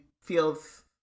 feels